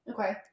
Okay